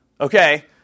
Okay